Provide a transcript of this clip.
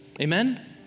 Amen